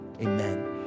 amen